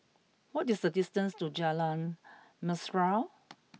what is the distance to Jalan Mesra